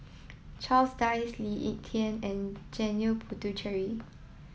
Charles Dyce Lee Ek Tieng and Janil Puthucheary